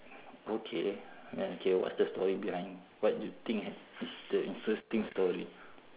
okay okay what is the story behind what you think is the interesting story